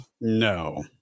no